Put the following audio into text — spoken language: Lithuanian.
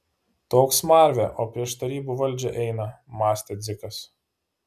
toks smarvė o prieš tarybų valdžią eina mąstė dzikas